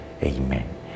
amen